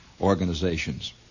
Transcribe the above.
organizations